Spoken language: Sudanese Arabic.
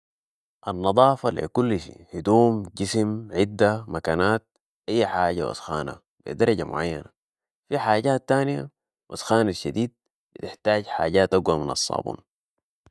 النضافه لكل شى هدوم ، جسم ،عده ، مكنات اي حاجه وسخانه بدرجه ، معينه في حاجات تانيه وسخانه شديد بتحتاج حاجات اقوي من الصابون